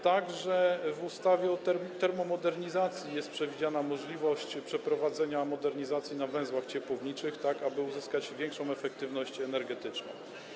Także w ustawie o termomodernizacji jest przewidziana możliwość przeprowadzenia modernizacji na węzłach ciepłowniczych, tak aby uzyskać większą efektywność energetyczną.